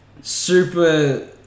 super